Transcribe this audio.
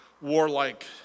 warlike